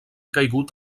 caigut